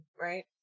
right